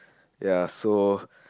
ya so